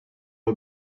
are